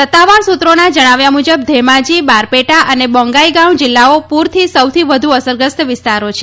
સત્તાવાર સૂત્રોના જણાવ્યા મુજબ ધેમાજી બારપેટા અને બોંગાઈગાવ જિલ્લાઓ પુરથી સૌથી વધુ અસરગ્રસ્ત વિસ્તારો છે